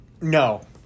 No